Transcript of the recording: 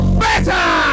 better